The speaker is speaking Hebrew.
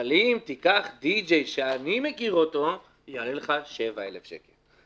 אבל אם תיקח די-ג'יי שאני מכיר זה יעלה לך 7,000 שקל".